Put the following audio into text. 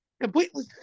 completely